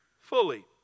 fully